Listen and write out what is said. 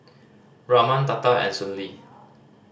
Raman Tata and Sunil